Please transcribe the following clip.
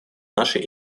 наши